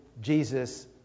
Jesus